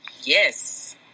Yes